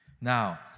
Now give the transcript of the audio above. Now